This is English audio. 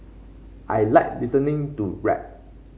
I like listening to rap